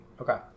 Okay